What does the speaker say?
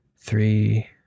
three